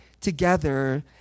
together